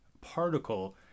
particle